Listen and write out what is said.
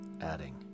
adding